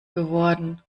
geworden